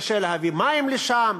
קשה להביא מים לשם,